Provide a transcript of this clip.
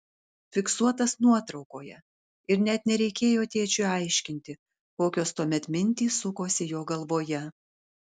fiksuotas nuotraukoje ir net nereikėjo tėčiui aiškinti kokios tuomet mintys sukosi jo galvoje